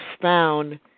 found